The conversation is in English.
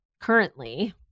currently